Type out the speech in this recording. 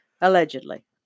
allegedly